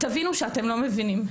תבינו שאתם לא מבינים.